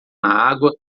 água